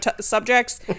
subjects